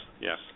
yes